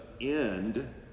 end